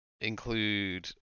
include